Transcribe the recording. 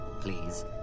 please